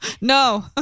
no